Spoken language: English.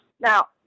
now